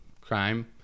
crime